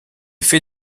fait